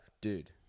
dude